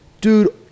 dude